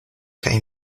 kaj